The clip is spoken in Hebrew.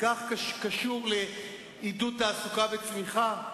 כך קשור לעידוד תעסוקה וצמיחה,